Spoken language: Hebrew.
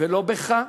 ולא בך,